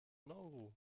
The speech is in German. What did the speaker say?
nauru